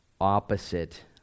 opposite